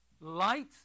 Light